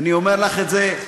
אני אומר לך את זה.